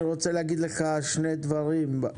שני דברים: